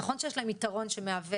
נכון שיש להם יתרון שמהווה